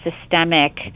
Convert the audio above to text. systemic